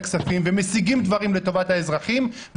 הכספים ומשיגים דברים לטובת האזרחים.